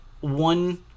one